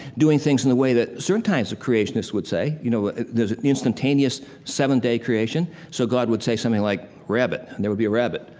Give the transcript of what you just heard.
doing things in the way that certain type of creationists would say. you know, there's an instantaneous seven-day creation. so god would say something like rabbit, and there would be a rabbit.